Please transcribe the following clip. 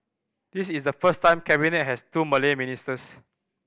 this is the first time Cabinet has two Malay ministers